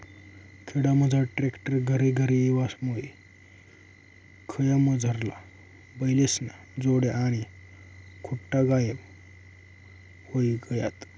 खेडामझार ट्रॅक्टर घरेघर येवामुये खयामझारला बैलेस्न्या जोड्या आणि खुटा गायब व्हयी गयात